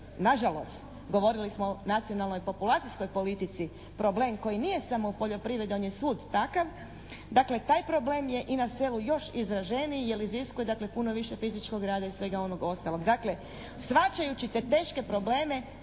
na žalost, govorili smo o nacionalnoj populacijskoj politici problem koji nije samo u poljoprivredi, on je svud takav. Dakle, taj problem je i na selu još izraženiji jer iziskuje dakle puno više fizičkog rada i svega onog ostalog. Dakle, shvaćajući te teške probleme